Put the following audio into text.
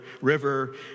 river